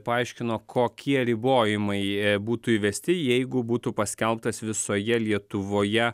paaiškino kokie ribojimai būtų įvesti jeigu būtų paskelbtas visoje lietuvoje